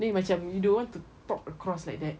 then macam you don't want to talk across like that